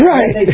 Right